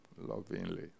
Lovingly